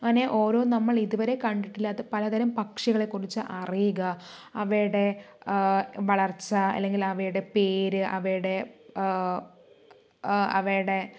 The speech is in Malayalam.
അങ്ങനെ ഓരോ നമ്മൾ ഇതുവരെ കണ്ടിട്ടില്ലാത്ത പലതരം പക്ഷികളെക്കുറിച്ച് അറിയുക അവയുടെ വളർച്ച അല്ലെങ്കിൽ അവയുടെ പേര് അവയുടെ അവയുടെ